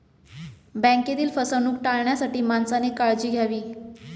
बँकेतील फसवणूक टाळण्यासाठी माणसाने काळजी घ्यावी